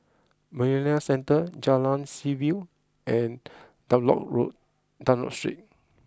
Marina Centre Jalan Seaview and Dunlop road Dunlop Street